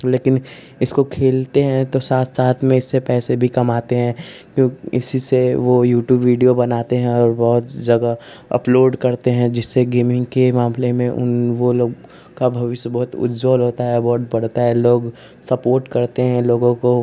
लेकिन इसको खेलते हैं तो साथ साथ में इससे पैसे भी कमाते हैं इसी से वह यूट्यूब वीडियो बनाते हैं और बहुत जगह अपलोड करते हैं जिससे गेमिन्ग के मामले में उन वे लोग का भविष्य बहुत उज्ज्वल होता है पढ़ता है लोग सपोर्ट करते हैं लोगों को